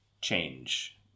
change